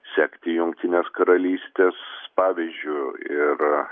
sekti jungtinės karalystės pavyzdžiu ir